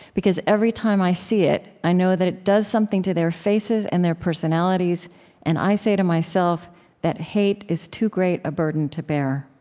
because every time i see it, i know that it does something to their faces and their personalities and i say to myself that hate is too great a burden to bear.